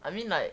I mean like